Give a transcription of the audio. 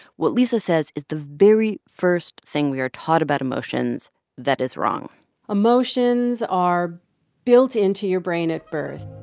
what lisa says is the very first thing we are taught about emotions that is wrong emotions are built into your brain at birth